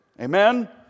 Amen